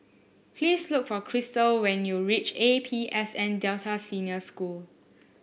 please look for Christel when you reach A P S N Delta Senior School